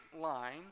line